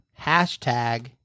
hashtag